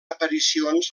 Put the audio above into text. aparicions